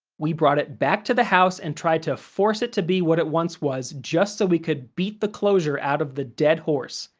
we brought it back to the house and tried to force it to be what it once was just so we could beat the closure out of the dead horse,